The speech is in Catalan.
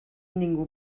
ningú